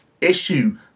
issue